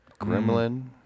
Gremlin